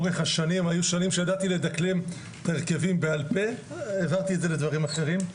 היו שנים שידעתי לדקלם הרכבים בעל פה אך העברתי את זה לדברים אחרים.